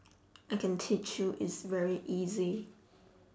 I can teach you it's very easy